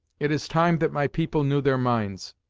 it is time that my people knew their minds.